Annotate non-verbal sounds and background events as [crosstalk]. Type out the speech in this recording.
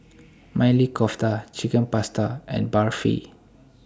[noise] Maili Kofta Chicken Pasta and Barfi